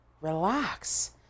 relax